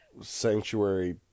sanctuary